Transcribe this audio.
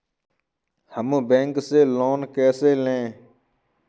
हम बैंक से लोन कैसे लें?